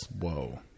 Whoa